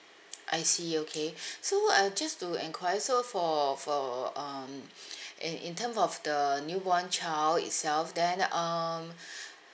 I see okay so uh just to enquire so for for um and in term of the newborn child itself then um